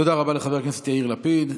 תודה רבה לחבר הכנסת יאיר לפיד.